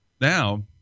now